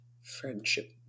friendship